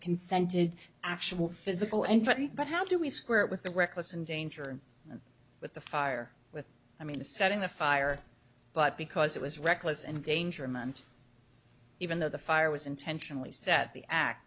consented actual physical and but how do we square it with the reckless and danger with the fire with i mean the setting the fire but because it was reckless endangerment even though the fire was intentionally set the act